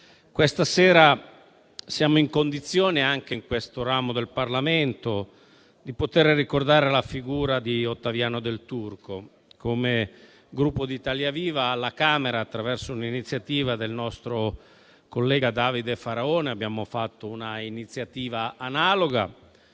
questa sera siamo in condizione, anche in questo ramo del Parlamento, di poter ricordare la figura di Ottaviano Del Turco. Come Gruppo Italia Viva alla Camera, attraverso il nostro collega Davide Faraone, abbiamo avuto un'iniziativa analoga,